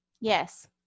Yes